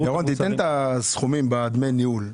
ירון, תיתן את הסכומים של דמי הניהול.